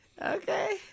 Okay